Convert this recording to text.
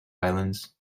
islands